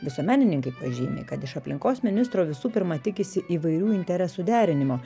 visuomenininkai pažymi kad iš aplinkos ministro visų pirma tikisi įvairių interesų derinimo